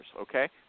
okay